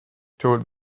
told